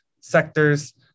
sectors